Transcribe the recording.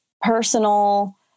personal